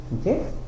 Okay